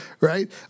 right